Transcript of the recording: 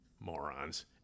Morons